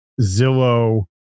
Zillow